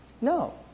No